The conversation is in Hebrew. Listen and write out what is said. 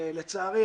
ולצערי,